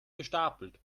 gestapelt